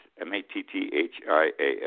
M-A-T-T-H-I-A-S